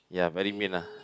ya very mean ah